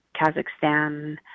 Kazakhstan